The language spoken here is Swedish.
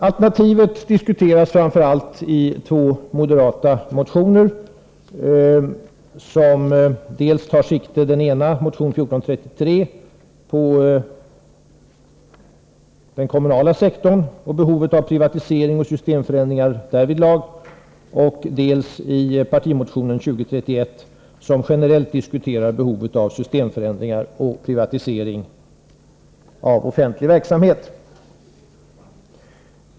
Alternativet diskuteras framför allt i två moderata motioner. Den ena, motion 1433, tar sikte på den kommunala sektorn och på behovet av privatisering och systemförändringar där, och den andra, partimotionen 2031, diskuterar generellt behovet av systemförändringar och privatisering av offentlig verksamhet.